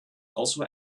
also